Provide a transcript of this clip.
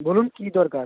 বলুন কী দরকার